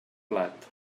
plat